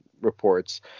reports